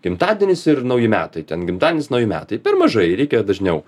gimtadienis ir nauji metai ten gimtadienis nauji metai per mažai reikia dažniau